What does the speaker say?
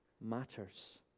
matters